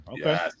Okay